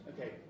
Okay